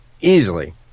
easily